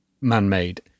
man-made